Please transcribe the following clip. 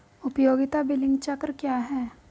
उपयोगिता बिलिंग चक्र क्या है?